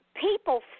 people